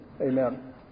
Amen